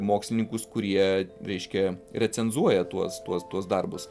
mokslininkus kurie reiškia recenzuoja tuos tuos tuos darbus